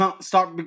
Start